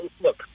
Look